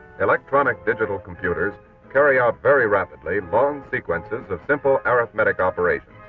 electronic, digital computers carry out very rapidly long sequences of simple arithmetic operations,